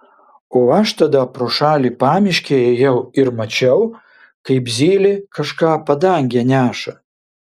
o aš tada pro šalį pamiške ėjau ir mačiau kaip zylė kažką padange neša